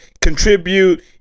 Contribute